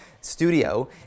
studio